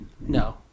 No